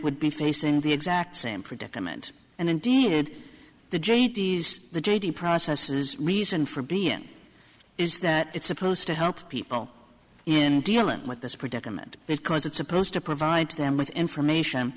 would be facing the exact same predicament and then did the j d is the j d processes reason for being is that it's supposed to help people in dealing with this predicament because it's supposed to provide them with information